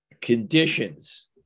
conditions